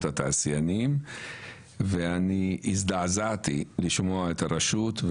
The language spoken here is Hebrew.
התעשיינים ואני הזדעזעתי לשמוע את הרשות,